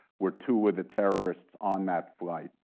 were two of the terrorists on that flight.